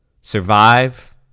Survive